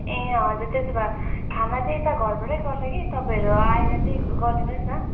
ए हजुर त्यसो भए खाना चाहिँ यता घरबाटै गर्छ कि तपाईँहरू आएर चाहिँ गरिदिनुहोस् न